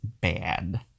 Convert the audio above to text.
bad